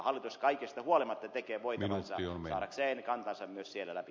hallitus kaikesta huolimatta tekee voitavansa saadakseen kantansa myös siellä läpi